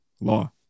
law